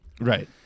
Right